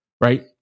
right